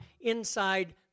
inside